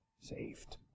saved